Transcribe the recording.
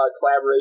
collaboration